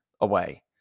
away